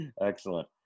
Excellent